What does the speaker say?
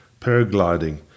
Paragliding